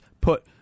put